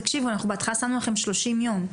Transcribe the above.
תקשיבו אנחנו בהתחלה שמנו לכם 30 יום,